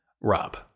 Rob